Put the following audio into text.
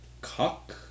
cock